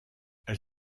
elle